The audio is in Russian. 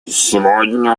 сегодня